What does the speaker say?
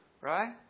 Right